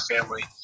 family